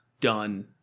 done